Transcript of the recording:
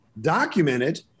documented